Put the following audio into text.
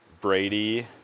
Brady